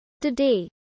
Today